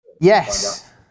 yes